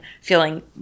feeling